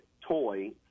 toy